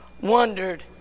wondered